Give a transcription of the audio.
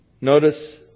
Notice